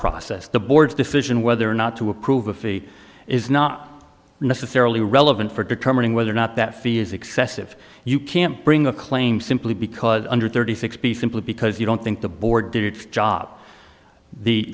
process the board's decision whether or not to approve a fee is not necessarily relevant for determining whether or not that fee is excessive you can't bring a claim simply because under thirty six b simply because you don't think the board